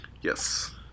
Yes